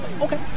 okay